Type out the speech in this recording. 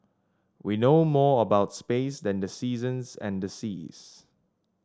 we know more about space than the seasons and the seas